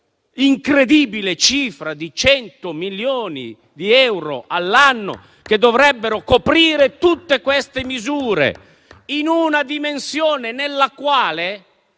incredibile cifra di 100 milioni di euro all'anno, che dovrebbero coprire tutte le misure - in una dimensione nella quale